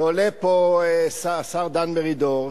עולה פה השר דן מרידור,